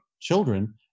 children